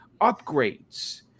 upgrades